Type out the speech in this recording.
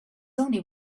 only